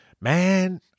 man